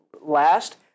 last